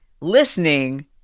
listening